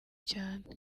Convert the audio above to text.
cyane